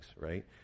right